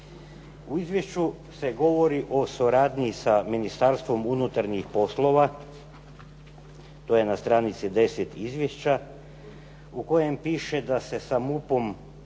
U izvješću se govori o suradnji sa Ministarstvom unutarnjih poslova, to je na stranici 10. izvješća, u kojem piše da se sa MUP-om